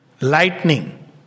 Lightning